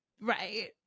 Right